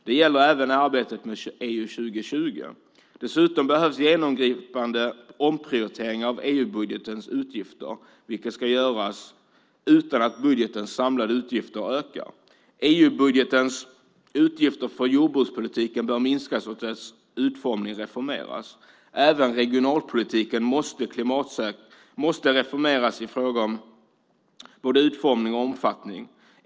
Det gäller även arbetet med EU 2020. Dessutom behövs genomgripande omprioriteringar av EU-budgetens utgifter, vilket ska göras utan att budgetens samlade utgifter ökar. EU-budgetens utgifter för jordbrukspolitiken bör minskas och dess utformning reformeras. Även regionalpolitiken måste reformeras i fråga om både utformning och omfattning.